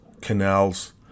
canals